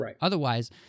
Otherwise